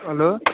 hello